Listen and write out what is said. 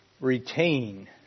retain